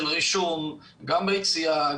של רישום גם ביציאה,